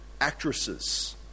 actresses